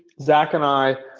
zach and i,